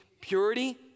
purity